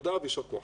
תודה ויישר כוח.